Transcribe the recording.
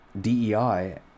DEI